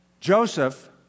Joseph